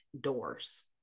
doors